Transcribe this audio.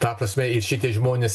ta prasme ir šitie žmonės